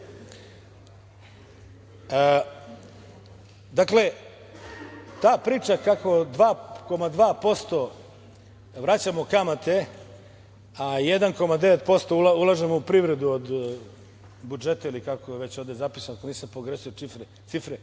mi. Dakle, ta priča kako 2,2% vraćamo kamate, a 1,9% ulažemo u privredu od budžeta ili kako je već ovde zapisano, ako nisam pogrešio cifre,